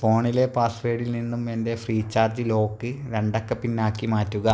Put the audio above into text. ഫോണിലെ പാസ്വേഡിൽ നിന്നും എൻ്റെ ഫ്രീ ചാർജ് ലോക്ക് രണ്ടക്ക പിന്നാക്കി മാറ്റുക